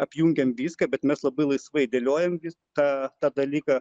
apjungiam viską bet mes labai laisvai dėliojam tą tą dalyką